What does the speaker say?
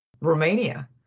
Romania